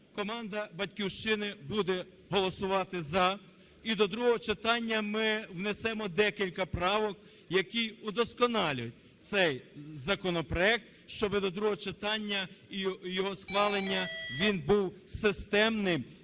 Команда "Батьківщини" буде голосувати "за". І до другого читання ми внесемо декілька правок, які удосконалять цей законопроект, щоб до другого читання і його схвалення він був системним,